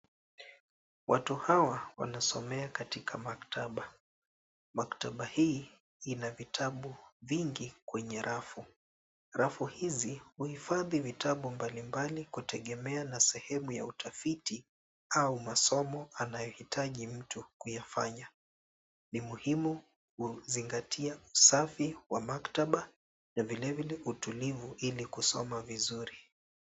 Watu hawa wanasomea katika maktaba, maktaba hii ina vitabu vingi kwenye rafu. Rafu hizi huhifadhi vitabu mbalimbali kutegemea na sehemu ya utafiti, au masomo anayohitaji mtu kuyafanya. Ni muhimu kuzingatia utulivu wa maktaba na vilevile utulivu ili kusoma vizuri.